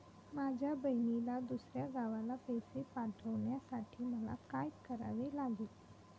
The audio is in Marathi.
माझ्या बहिणीला दुसऱ्या गावाला पैसे पाठवण्यासाठी मला काय करावे लागेल?